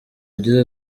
byiza